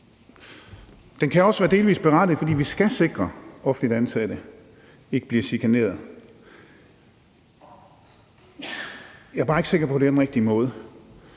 Den kan også være delvis berettiget, for vi skal sikre, at offentligt ansatte ikke bliver chikaneret. Jeg er bare ikke sikker på, at det er den rigtige måde,